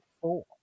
Four